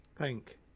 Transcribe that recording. Pink